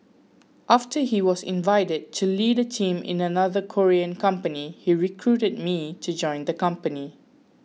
after he was invited to lead a team in another Korean company he recruited me to join the company